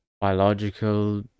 biological